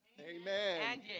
Amen